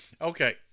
Okay